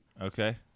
okay